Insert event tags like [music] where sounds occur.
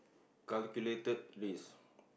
calculated risk [breath]